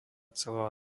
celá